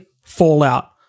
Fallout